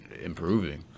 improving